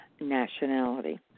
nationality